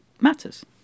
matters